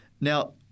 Now